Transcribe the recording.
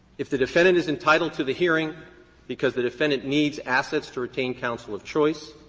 if the defendant is entitled to the hearing because the defendant needs assets to retain counsel of choice,